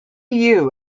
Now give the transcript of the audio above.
you